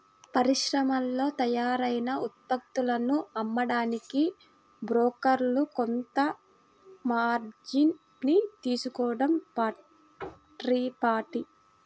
పరిశ్రమల్లో తయారైన ఉత్పత్తులను అమ్మడానికి బ్రోకర్లు కొంత మార్జిన్ ని తీసుకోడం పరిపాటి